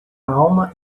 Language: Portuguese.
alma